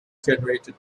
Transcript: generated